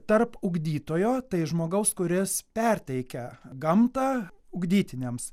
tarp ugdytojo tai žmogaus kuris perteikia gamtą ugdytiniams